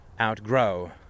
outgrow